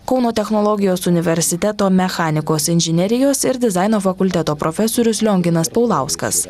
kauno technologijos universiteto mechanikos inžinerijos ir dizaino fakulteto profesorius lionginas paulauskas